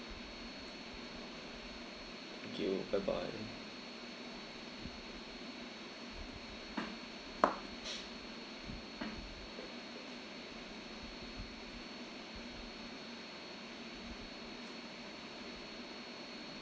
thank you bye bye